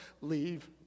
leave